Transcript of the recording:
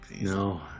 No